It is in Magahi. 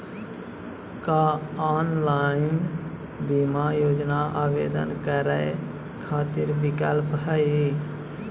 का ऑनलाइन बीमा योजना आवेदन करै खातिर विक्लप हई?